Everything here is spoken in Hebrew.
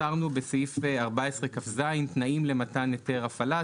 עצרנו בסעיף 14כז תנאים למתן היתר הפעלה.